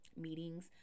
meetings